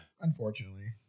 Unfortunately